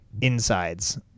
insides